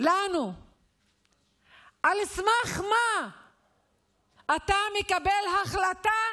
לנו על סמך מה אתה מקבל החלטה